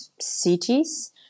cities